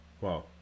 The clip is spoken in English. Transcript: Wow